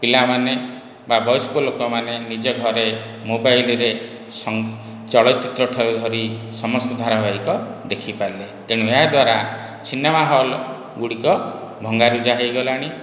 ପିଲାମାନେ ବା ବୟସ୍କ ଲୋକମାନେ ନିଜ ଘରେ ମୋବାଇଲ୍ରେ ଚଳଚ୍ଚିତ୍ର ଠାରୁ ଧରି ସମସ୍ତ ଧାରାବାହିକ ଦେଖିପାରିଲେ ତେଣୁ ଏହା ଦ୍ୱାରା ସିନେମା ହଲ୍ ଗୁଡ଼ିକ ଭଙ୍ଗା ରୁଜା ହୋଇଗଲାଣି